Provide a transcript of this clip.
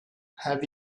have